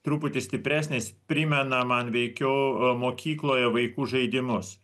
truputį stipresnis primena man veikiau mokykloje vaikų žaidimus